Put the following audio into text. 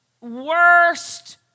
worst